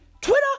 Twitter